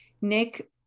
Nick